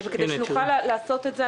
כדי שנוכל לעשות את זה,